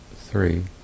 three